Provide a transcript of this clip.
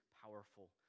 powerful